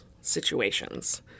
situations